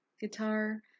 guitar